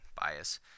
bias